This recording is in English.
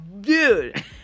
Dude